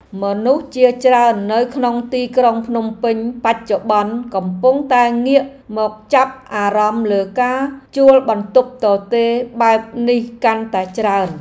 មនុស្សជាច្រើននៅក្នុងទីក្រុងភ្នំពេញបច្ចុប្បន្នកំពុងតែងាកមកចាប់អារម្មណ៍លើការជួលបន្ទប់ទទេរបែបនេះកាន់តែច្រើន។